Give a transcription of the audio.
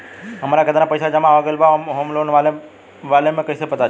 हमार केतना पईसा जमा हो गएल बा होम लोन वाला मे कइसे पता चली?